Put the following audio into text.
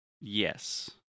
Yes